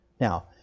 Now